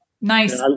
nice